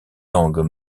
langues